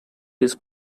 his